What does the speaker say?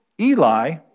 Eli